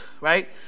right